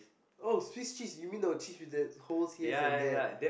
oh Swiss cheese you mean the cheese with that holes heres and there